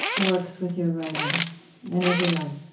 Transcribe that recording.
works with your writing and with your life